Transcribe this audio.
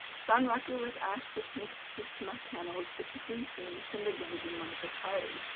sanraku was asked to paint fusuma panels depicting scenes from the genji monogatari.